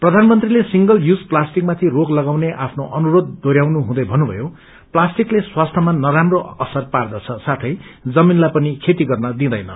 प्रधानमंत्रीले single use plastic माथि रोक लगाउने आफ्नो अनुरोष दोहोरयाउनु हुँदै भन्नुभयो प्लास्टिक स्वास्थ्यमा नराप्रो असर पार्दछ साथै जमीनलाई पनि खेती गर्न दिँदैन